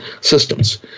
systems